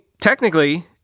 technically